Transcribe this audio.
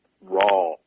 raw